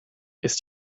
ist